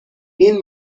این